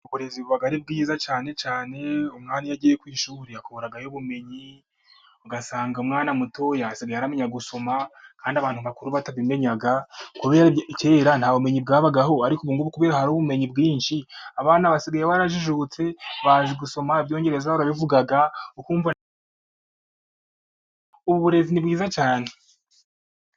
Uburezi buba ari bwiza cyane, cyane cyane umwanya agiye ku ishuri akurayo ubumenyii ugasanga umwana mutoya asigaye amenya gusoma kandi abantu bakuru batabimenya kubera kera nta bumenyi bwabahaga ariko harimenyi bwinshi abana barajijutse bazi gusoma ibyongereza barabivuga uburezi bwiza cyane.